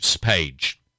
page